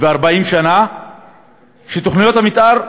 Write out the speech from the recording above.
ו-40 שנה שתוכניות המתאר,